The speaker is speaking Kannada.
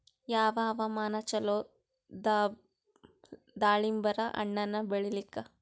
ಯಾವ ಹವಾಮಾನ ಚಲೋ ದಾಲಿಂಬರ ಹಣ್ಣನ್ನ ಬೆಳಿಲಿಕ?